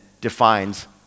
defines